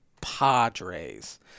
Padres